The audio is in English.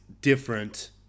different